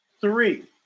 Three